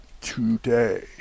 today